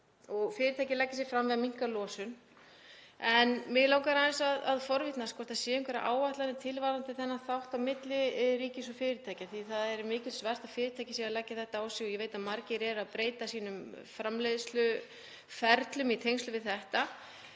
og fyrirtæki leggja sig fram við að minnka losun. En mig langar aðeins að forvitnast hvort það séu einhverjar áætlanir til varðandi þennan þátt á milli ríkis og fyrirtækja því það er mikilsvert að fyrirtæki séu að leggja þetta á sig. Ég veit að margir eru að breyta sínum framleiðsluferlum í tengslum við þetta,